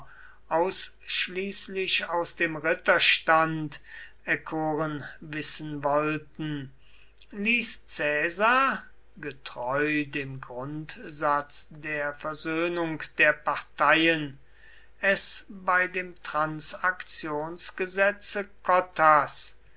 ausschließlich aus dem ritterstand erkoren wissen wollten ließ caesar getreu dem grundsatz der versöhnung der parteien es bei dem transaktionsgesetze cottas